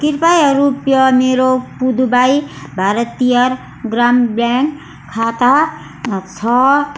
कृपया रुपियाँ मेरो पुडुवाई भारतीयार ग्राम ब्याङ्क खाता छ